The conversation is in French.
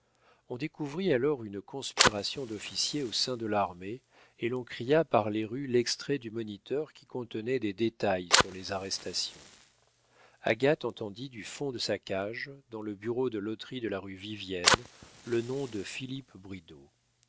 on découvrit alors une conspiration d'officiers au sein de l'armée et l'on cria par les rues l'extrait du moniteur qui contenait des détails sur les arrestations agathe entendit du fond de sa cage dans le bureau de loterie de la rue vivienne le nom de